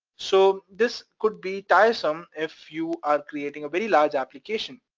so this could be tiresome if you are creating a very large application,